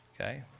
okay